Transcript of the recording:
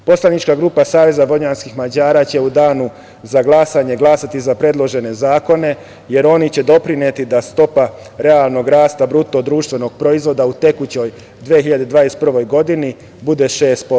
Poslanička grupa Saveza vojvođanskih Mađara će u danu za glasanje glasati za predložene zakone, jer oni će doprineti da stopa realnog rasta BDP u tekućoj 2021. godini bude 6%